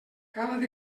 cal